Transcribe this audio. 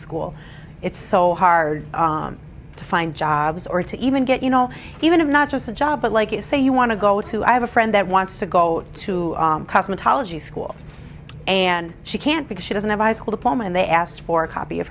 school it's so hard to find jobs or to even get you know even if not just a job but like you say you want to go to i have a friend that wants to go to cosmetology school and she can't because she doesn't have a high school diploma and they asked for a copy of